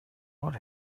what